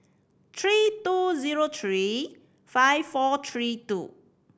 three two zero three five four three two